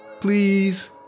Please